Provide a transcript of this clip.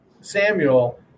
Samuel